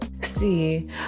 See